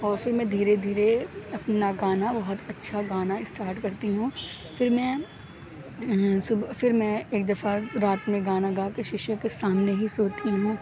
اور پھر میں دھیرے دھیرے اپنا گانا بہت اچھا گانا اسٹاٹ کرتی ہوں پھر میں پھر میں ایک دفعہ رات میں گانا گا کے شیشے کے سامنے ہی سوتی ہوں